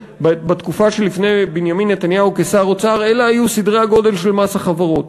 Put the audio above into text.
בתקופה שלפני בנימין נתניהו כשר האוצר אלה היו סדרי הגודל של מס החברות.